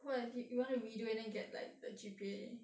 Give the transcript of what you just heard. what you want to redo and then get like the G_P_A